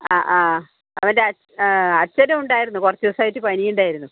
ആ ആ അവൻ്റെ അച്ഛനും ഉണ്ടായിരുന്നു കുറച്ചു ദിവസമായിട്ട് പനിയുണ്ടായിരുന്നു